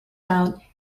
out